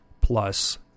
Plus